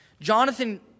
Jonathan